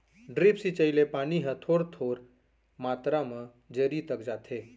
drip सिंचई ले पानी ह थोर थोर मातरा म जरी तक जाथे